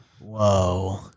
Whoa